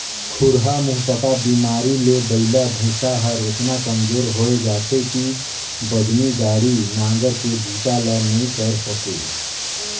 खुरहा मुहंपका बेमारी ले बइला भइसा हर एतना कमजोर होय जाथे कि बजनी गाड़ी, नांगर के बूता ल नइ करे सके